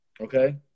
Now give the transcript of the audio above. okay